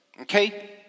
Okay